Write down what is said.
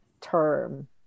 term